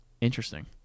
Interesting